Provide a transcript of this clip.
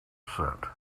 set